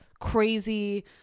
crazy